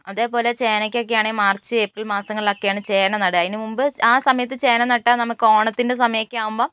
അതേപോലെ ചേനയ്ക്കൊക്കെ ആണെങ്കിൽ മാർച്ച് ഏപ്രിൽ മാസങ്ങളൊക്കെയാണ് ചേന നടുക അതിനു മുമ്പ് ആ സമയത്ത് ചേന നട്ടാൽ നമ്മൾക്ക് ഓണത്തിന്റെ സമയമൊക്കെ ആവുമ്പോൾ